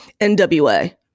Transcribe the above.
NWA